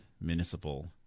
municipal